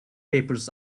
papers